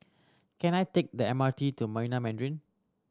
can I take the M R T to Marina Mandarin